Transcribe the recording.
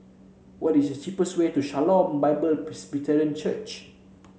what is the cheapest way to Shalom Bible Presbyterian Church